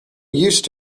used